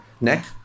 neck